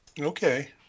Okay